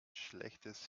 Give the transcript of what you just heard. schlechtes